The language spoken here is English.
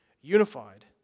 unified